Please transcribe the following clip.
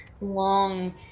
long